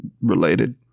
related